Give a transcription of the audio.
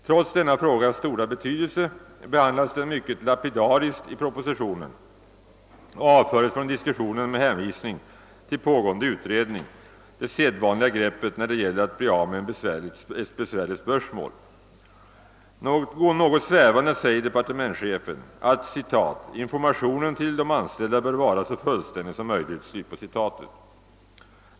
Trots denna frågas stora betydelse behandlas den mycket lapidariskt i propositionen och avföres från diskussionen med hänvisning till pågående utredning — det sedvanliga greppet när det gäller att bli av med ett besvärligt spörsmål. Något svävande säger departementschefen att informationen till de anställda bör vara så fullständig som möjlig.